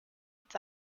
its